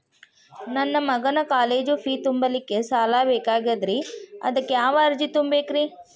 ನನ್ನ ಮಗನ college fee ತುಂಬಲಿಕ್ಕೆ ಸಾಲ ಬೇಕಾಗೆದ್ರಿ ಅದಕ್ಯಾವ ಅರ್ಜಿ ತುಂಬೇಕ್ರಿ?